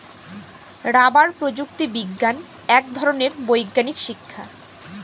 rubber প্রযুক্তি বিজ্ঞান এক ধরনের বৈজ্ঞানিক শিক্ষা